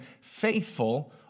faithful